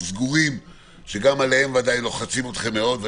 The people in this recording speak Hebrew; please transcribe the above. סגורים שגם עליהם ודאי לוחצים אתכם מאוד,